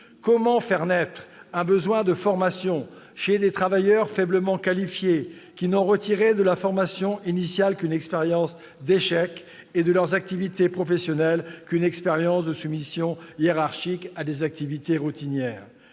Comment faire naître un besoin de formation chez des travailleurs faiblement qualifiés qui n'ont retiré de la formation initiale qu'une expérience d'échec, et de leurs activités professionnelles qu'une expérience de soumission hiérarchique dans des activités routinières ?